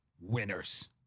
winners